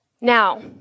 Now